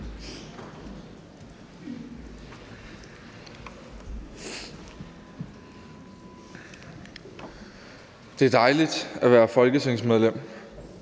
Det er dejligt at være folketingsmedlem